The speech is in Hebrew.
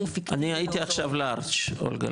אפקטיבי לאותו --- אני הייתי עכשיו לארג' אולגה.